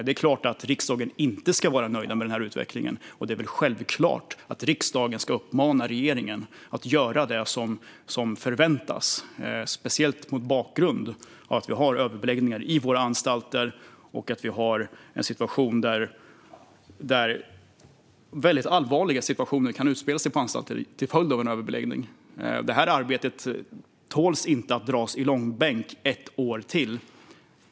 Det är klart att vi i riksdagen inte ska vara nöjda med denna utveckling, och det är väl självklart att riksdagen ska uppmana regeringen att göra det som förväntas - speciellt mot bakgrund av att vi har överbeläggning på våra anstalter och att väldigt allvarliga situationer kan uppstå där till följd av detta. Detta arbete tål inte att dras i långbänk ett år till.